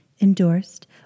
endorsed